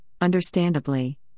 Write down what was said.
understandably